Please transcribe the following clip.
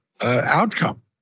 outcome